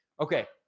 Okay